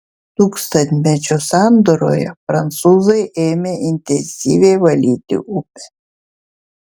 tūkstantmečių sandūroje prancūzai ėmė intensyviai valyti upę